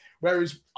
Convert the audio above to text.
whereas